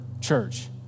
church